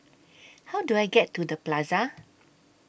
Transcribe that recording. How Do I get to The Plaza